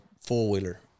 four-wheeler